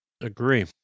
agree